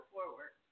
forward